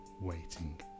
waiting